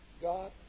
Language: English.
God